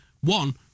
one